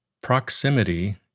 Proximity